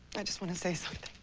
i just want to say so